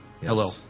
Hello